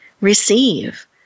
receive